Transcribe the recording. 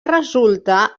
resulta